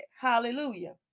Hallelujah